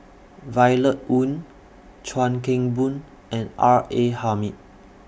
Violet Oon Chuan Keng Boon and R A Hamid